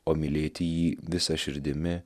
o mylėti jį visa širdimi